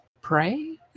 pray